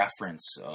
reference